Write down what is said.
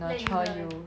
let you learn